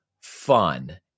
fun